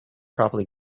properly